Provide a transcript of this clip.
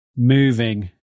moving